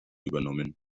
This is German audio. übernommen